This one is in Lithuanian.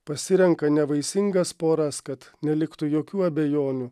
pasirenka nevaisingas poras kad neliktų jokių abejonių